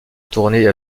tournée